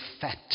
fat